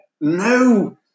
No